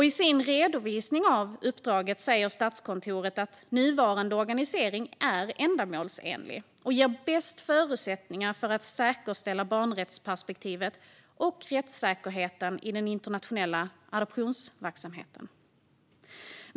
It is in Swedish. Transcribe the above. I sin redovisning av uppdraget säger Statskontoret att nuvarande organisering är ändamålsenlig och ger bäst förutsättningar för att säkerställa barnrättsperspektivet och rättssäkerheten i den internationella adoptionsverksamheten.